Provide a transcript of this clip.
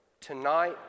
Tonight